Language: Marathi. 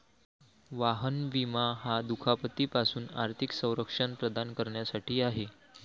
वाहन विमा हा दुखापती पासून आर्थिक संरक्षण प्रदान करण्यासाठी आहे